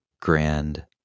grand